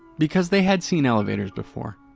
because they had seen elevators before.